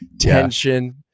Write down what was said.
tension